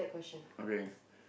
okay